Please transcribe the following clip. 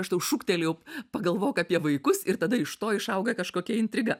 aš tau šūktelėjau pagalvok apie vaikus ir tada iš to išauga kažkokia intriga